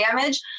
damage